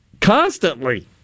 Constantly